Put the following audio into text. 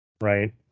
Right